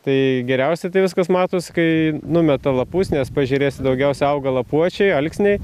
tai geriausia tai viskas matosi kai numeta lapus nes paežerėse daugiausiai auga lapuočiai alksniai